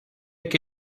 que